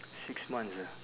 six months ah